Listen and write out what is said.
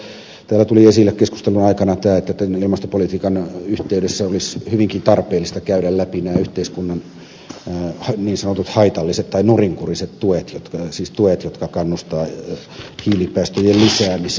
keskustelun aikana tuli esille että ilmastopolitiikan yhteydessä olisi hyvinkin tarpeellista käydä läpi yhteiskunnan niin sanotut haitalliset tai nurinkuriset tuet siis tuet jotka kannustavat hiilipäästöjen lisäämiseen